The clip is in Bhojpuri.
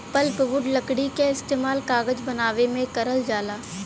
पल्पवुड लकड़ी क इस्तेमाल कागज बनावे में करल जाला